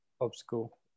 obstacle